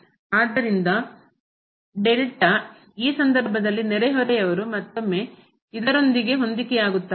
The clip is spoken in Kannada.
ಆದ್ದರಿಂದ ಈ ಸಂದರ್ಭದಲ್ಲಿ ನೆರೆಹೊರೆಯವರು ಮತ್ತೊಮ್ಮೆ ಇದರೊಂದಿಗೆ ಹೊಂದಿಕೆಯಾಗುತ್ತಾರೆ